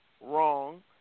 Wrong